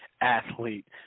athlete